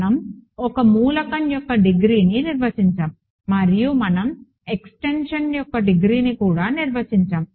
మనం ఒక మూలకం యొక్క డిగ్రీని నిర్వచించాము మరియు మనం ఎక్స్టెన్షన్ యొక్క డిగ్రీని కూడా నిర్వచించాము